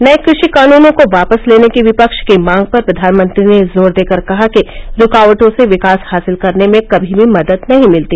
नये कृषि कानूनों को वापस लेने की विपक्ष की मांग पर प्रधानमंत्री ने जोर देकर कहा कि रूकावटों से विकास हासिल करने में कभी भी मदद नहीं मिलती